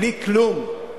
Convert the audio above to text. בלי כלום.